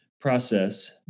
process